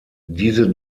diese